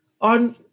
on